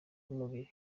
bw’umubiri